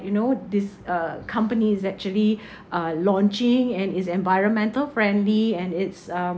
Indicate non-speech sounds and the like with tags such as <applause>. you know these uh companies actually <breath> uh launching and is environmental friendly and it's uh